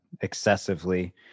excessively